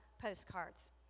postcards